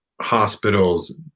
hospitals